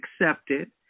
accepted